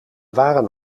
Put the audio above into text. waren